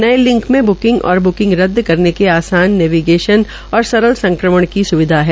नये लिंक में ब्किंग और ब्किंग रद्द करने के आसान नेविगेशन और सरल संक्रमण की सूविधा है